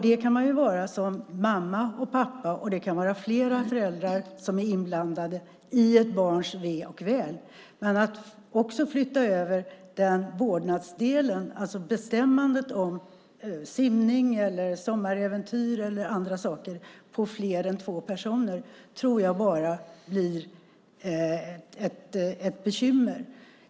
Det kan man vara som mamma och pappa, och det kan vara flera föräldrar som är inblandade i ett barns väl och ve. Men att också flytta över vårdnadsdelen, alltså bestämmandet om simning, sommaräventyr eller andra saker, på fler än två personer tror jag bara blir ett bekymmer.